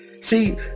see